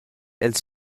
els